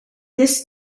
this